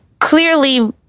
clearly